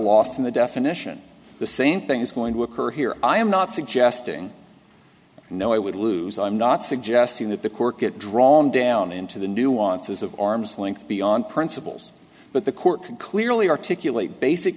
lost in the definition the same thing is going to occur here i am not suggesting no i would lose i'm not suggesting that the court get drawn down into the nuances of arm's length beyond principles but the court clearly articulate basic